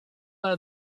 are